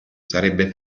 sarebbe